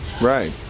Right